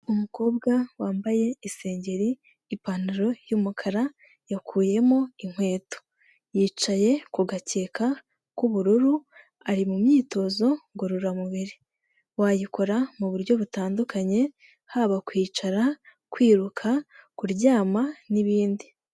Umukobwa wambaye isengeri, ipantaro y'umukara yakuyemo inkweto, yicaye ku gakeka k'ubururu ari mu myitozo ngororamubiri, wayikora mu buryo butandukanye haba kwicara, kwiruka, kuryama ni'bindi.